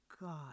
God